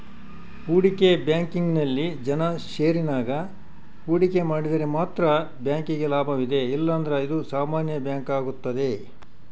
ಹೂಡಿಕೆ ಬ್ಯಾಂಕಿಂಗ್ನಲ್ಲಿ ಜನ ಷೇರಿನಾಗ ಹೂಡಿಕೆ ಮಾಡಿದರೆ ಮಾತ್ರ ಬ್ಯಾಂಕಿಗೆ ಲಾಭವಿದೆ ಇಲ್ಲಂದ್ರ ಇದು ಸಾಮಾನ್ಯ ಬ್ಯಾಂಕಾಗುತ್ತದೆ